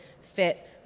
fit